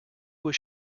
was